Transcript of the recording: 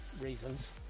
reasons